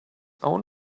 own